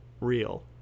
Real